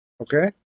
okay